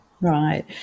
Right